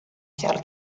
seal